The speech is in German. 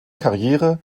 karriere